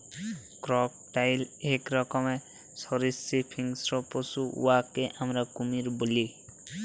crocodile ইক রকমের সরীসৃপ হিংস্র পশু উয়াকে আমরা কুমির ব্যলি